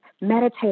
meditate